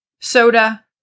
soda